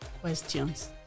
questions